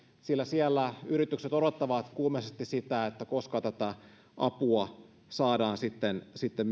sillä siellä yritykset odottavat kuumeisesti sitä koska tätä apua saadaan sitten sitten